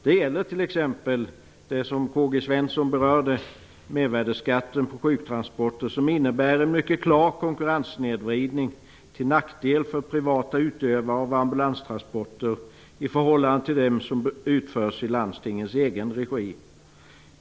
Det gäller t.ex. det som K-G Svenson berörde, mervärdesskatten på sjuktransporter, som innebär en mycket klar konkurrenssnedvridning till nackdel för privata utövare av ambulanstransporter i förhållande till dem som utförs i landstingens egen regi.